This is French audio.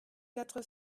quatre